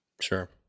Sure